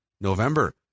November